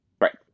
right